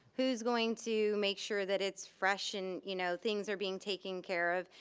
who is going to make sure that it's fresh and you know things are being taken care of?